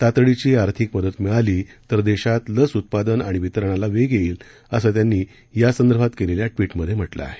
तातडीची आर्थिक मदत मिळाल्यास देशात लस उत्पादन आणि वितरणाला वेग येईल असं त्यांनी यासंदर्भात केलेल्या ट्वीटमधे म्हटलं आहे